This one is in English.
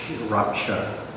rupture